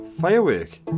Firework